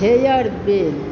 hair gel